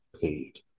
paid